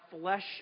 flesh